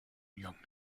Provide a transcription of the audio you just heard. young